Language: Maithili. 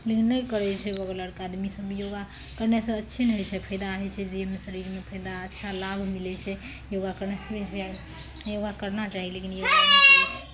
उ नहि करय छै बगल अरके आदमी सब योगा करनेसँ अच्छे नहि होइ छै फायदा होइ छै देहमे शरीरमे फायदा अच्छा लाभ मिलय छै योगा करने योगा करना चाही लेकिन योगा नहि करय छै